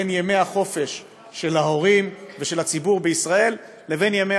בין ימי החופש של ההורים ושל הציבור בישראל לבין ימי